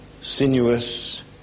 sinuous